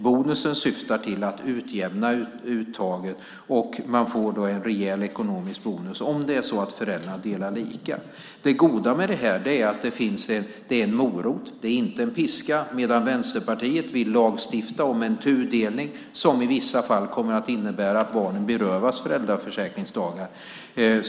Bonusen syftar till att utjämna uttaget. Man får en rejäl ekonomisk bonus om föräldrarna delar lika. Det goda med det här är att det är en morot, det är inte en piska. Vänsterpartiet vill lagstifta om en tudelning, som i vissa fall kommer att innebära att barnen berövas föräldraförsäkringsdagar.